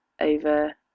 over